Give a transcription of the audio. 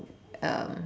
um